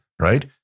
right